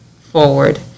forward